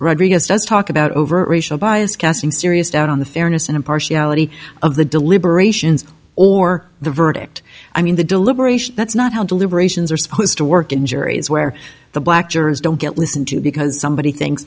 rodriguez does talk about overt racial bias casting serious doubt on the fairness and impartiality of the deliberations or the verdict i mean the deliberation that's not how deliberations are supposed to work injuries where the black jurors don't get listened to because somebody thinks